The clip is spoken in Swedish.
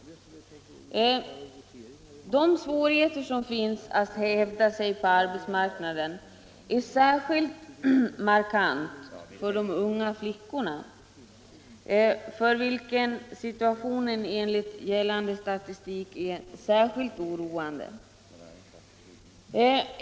Svårigheterna att hävda sig på arbetsmarknaden är särskilt markanta för de unga flickorna, för vilka situationen enligt gällande statistik är oroande.